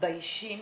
מתביישים